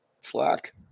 Slack